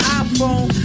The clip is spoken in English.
iPhone